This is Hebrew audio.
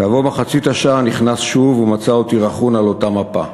כעבור מחצית השעה נכנס שוב ומצא אותי רכון על אותה מפה.